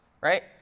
right